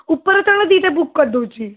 ଉପର ତଳ ଦୁଇଟା ବୁକ୍ କରି ଦେଉଛି